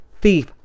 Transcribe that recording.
Thief